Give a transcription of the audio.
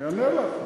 אני אענה לך.